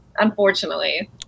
Unfortunately